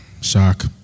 Shock